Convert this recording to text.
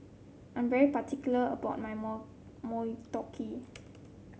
I am very particular about my Motoyaki